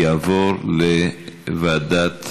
יעבור לוועדת